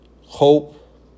hope